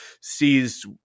sees